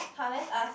come let's ask